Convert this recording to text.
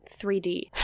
3D